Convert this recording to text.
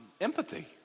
Empathy